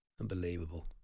Unbelievable